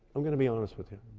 i'm going to be honest with you.